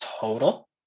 total